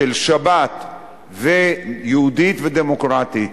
של שבת יהודית ודמוקרטית,